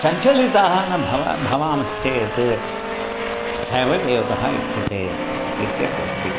चञ्चलिताः न भवामः भवामश्चेत् सैव योगः उच्यते इत्यप्यस्ति